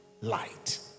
light